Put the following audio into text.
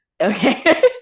Okay